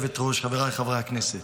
חבריי חברי הכנסת,